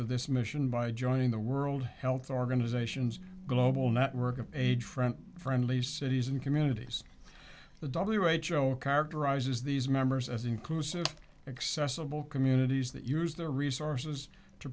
to this mission by joining the world health organization's global network of aid from friendly cities and communities the w h o characterizes these members as inclusive accessible communities that use their resources to